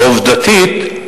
עובדתית,